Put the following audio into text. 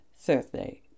Thursday